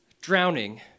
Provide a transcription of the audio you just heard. drowning